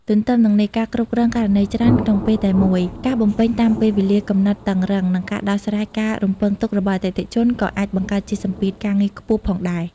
ទទ្ទឹមនឹងនេះ ការគ្រប់គ្រងករណីច្រើនក្នុងពេលតែមួយ ការបំពេញតាមពេលវេលាកំណត់តឹងរ៉ឹង និងការដោះស្រាយការរំពឹងទុករបស់អតិថិជនក៏អាចបង្កើតជាសម្ពាធការងារខ្ពស់ផងដែរ។